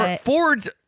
Fords